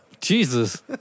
Jesus